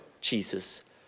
Jesus